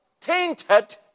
tainted